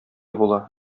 була